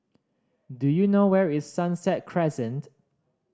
do you know where is Sunset Crescent